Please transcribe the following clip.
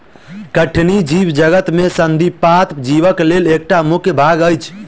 कठिनी जीवजगत में संधिपाद जीवक लेल एकटा मुख्य भाग अछि